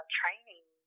training